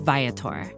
Viator